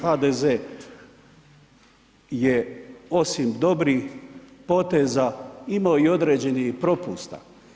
HDZ je osim dobrih poteza imao i određenih propusta.